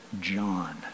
John